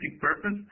purpose